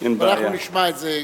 אנחנו נשמע את זה.